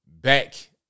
back